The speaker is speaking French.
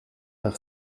par